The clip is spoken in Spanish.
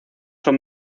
son